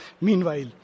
meanwhile